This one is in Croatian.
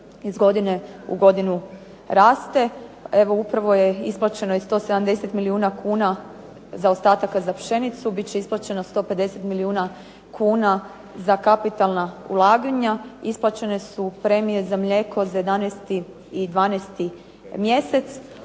iz godine u godinu raste, upravo je isplaćeno 170 milijuna kuna zaostataka za pšenicu biti će isplaćeno 150 milijuna kuna za kapitalna ulaganja. Isplaćene su premije za mlijeko za 11. i 12. mjesec,